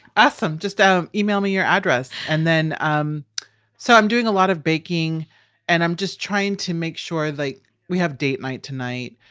awesome. just um email me your address and then. um so i'm doing a lot of baking and i'm just trying to make sure like we have date night tonight.